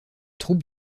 troupes